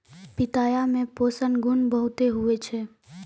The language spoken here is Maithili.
पिताया मे पोषण गुण बहुते हुवै छै